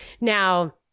Now